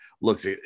looks